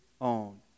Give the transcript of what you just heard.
own